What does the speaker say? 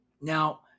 Now